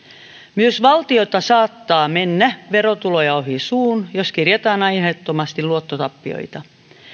myös valtiolta saattaa mennä verotuloja ohi suun jos kirjataan aiheettomasti luottotappioita